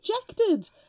rejected